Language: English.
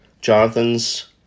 Jonathan's